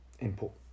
input